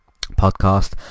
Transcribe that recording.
podcast